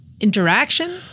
interaction